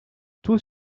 tous